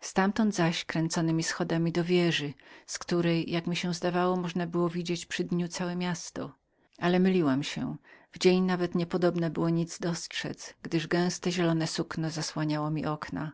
ztamtąd zaś kręconemi schodami do wieży z której zdawało mi się że możnaby widzieć przy dniu całe miasto ale myliłam się w dzień nawet niepodobna było nic dostrzedz gdyż gęste zielone sukno zasłaniało okna